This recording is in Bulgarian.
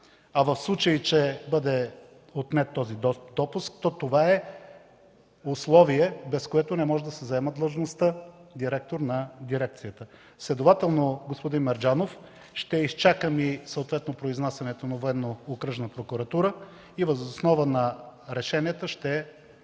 а в случай, че бъде отнет този допуск, то това е условие, без което не може да се заема длъжността „директор” на дирекцията. Следователно, господин Мерджанов, ще изчакам и произнасянето на Военноокръжна